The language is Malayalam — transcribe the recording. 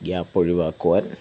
ഗ്യാപ്പ് ഒഴിവാക്കുവാൻ